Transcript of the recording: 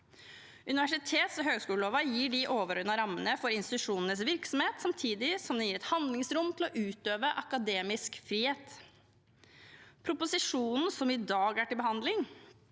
Universitets- og høyskoleloven gir de overordnede rammene for institusjonenes virksomhet, samtidig som den gir et handlingsrom til å utøve akademisk frihet. Proposisjonen som i dag er til behandling,